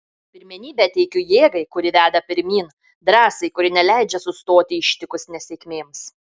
pirmenybę teikiu jėgai kuri veda pirmyn drąsai kuri neleidžia sustoti ištikus nesėkmėms